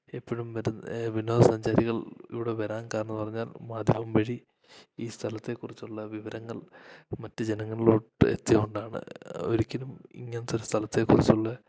ഇപ്പോഴും വരുന്ന വിനോദ സഞ്ചാരികൾ ഇവിടെ വരാൻ കാരണമെന്ന് പറഞ്ഞാൽ മാധ്യമം വഴി ഈ സ്ഥലത്തെക്കുറിച്ചുള്ള വിവരങ്ങൾ മറ്റ് ജനങ്ങളിലോട്ടെത്തിയ കൊണ്ടാണ് ഒരിക്കലും ഇങ്ങനത്തൊരു സ്ഥലത്തെക്കുറിച്ചുള്ള